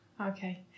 Okay